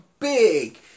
Big